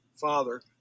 father